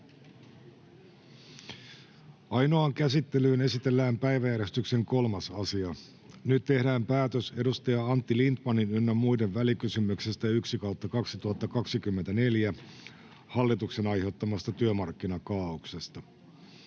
Ainoaan käsittelyyn esitellään päiväjärjestyksen 3. asia. Nyt tehdään päätös edustaja Antti Lindtmanin ym. välikysymyksestä VK 1/2024 vp hallituksen aiheuttamasta työmarkkinakaaoksesta.